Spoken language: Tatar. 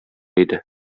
иде